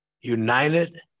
united